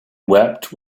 wept